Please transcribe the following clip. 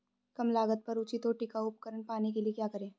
कम लागत पर उचित और टिकाऊ उपकरण पाने के लिए क्या करें?